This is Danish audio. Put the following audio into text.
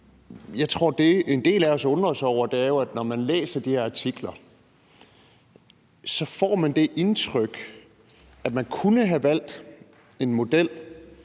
det, en del af os undrer os over, jo er, at når man læser de her artikler, får man det indtryk, at man kunne have valgt en model,